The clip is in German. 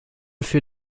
für